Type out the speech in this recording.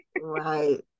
Right